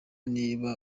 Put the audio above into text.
niba